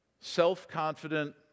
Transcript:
self-confident